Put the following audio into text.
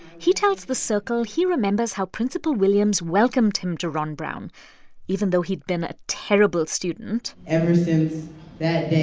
he tells the circle he remembers how principal williams welcomed him to ron brown even though he'd been a terrible student ever since that day,